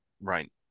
right